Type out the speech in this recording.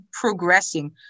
progressing